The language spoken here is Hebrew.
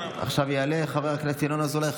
עכשיו יעלה חבר הכנסת ינון אזולאי,